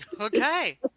okay